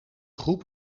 groep